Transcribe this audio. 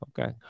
Okay